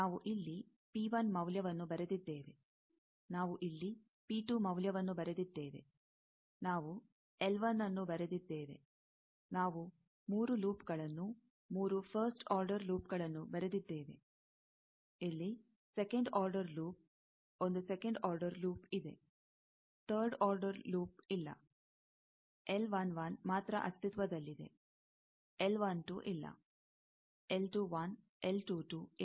ನಾವು ಇಲ್ಲಿ ಮೌಲ್ಯವನ್ನು ಬರೆದಿದ್ದೇವೆ ನಾವು ಇಲ್ಲಿ ಮೌಲ್ಯವನ್ನು ಬರೆದಿದ್ದೇವೆ ನಾವು ನ್ನು ಬರೆದಿದ್ದೇವೆ ನಾವು ಮೂರು ಲೂಪ್ಗಳನ್ನು ಮೂರು ಫಸ್ಟ್ ಆರ್ಡರ್ ಲೂಪ್ಗಳನ್ನು ಬರೆದಿದ್ದೇವೆ ಇಲ್ಲಿ ಸೆಕಂಡ್ ಆರ್ಡರ್ ಲೂಪ್ ಒಂದು ಸೆಕಂಡ್ ಆರ್ಡರ್ ಲೂಪ್ ಇದೆ ಥರ್ಡ್ ಆರ್ಡರ್ ಲೂಪ್ ಇಲ್ಲ ಮಾತ್ರ ಅಸ್ತಿತ್ವದಲ್ಲಿದೆ ಇಲ್ಲ ಇಲ್ಲ